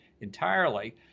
entirely